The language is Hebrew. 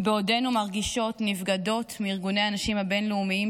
בעודנו מרגישות נבגדות מארגוני הנשים הבין-לאומיים,